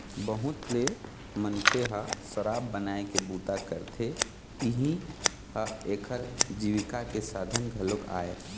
बहुत ले मनखे ह शराब बनाए के बूता करथे, इहीं ह एखर जीविका के साधन घलोक आय